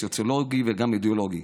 הסוציולוגי וגם האידיאולוגי.